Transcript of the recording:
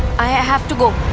i ah have to go.